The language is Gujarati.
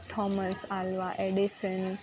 Thomas Alva Edison